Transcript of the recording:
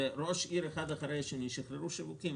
ראש עיר אחד אחרי השני שחררו שיווקים.